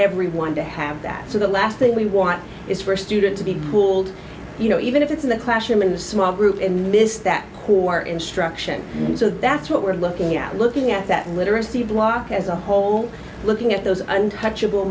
everyone to have that so the last thing we want is for a student to be cooled you know even if it's in the classroom in the small group in this that poor instruction and so that's what we're looking at looking at that literacy block as a whole looking at those untouchable